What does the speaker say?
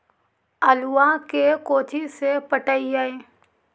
आलुआ के कोचि से पटाइए?